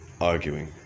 arguing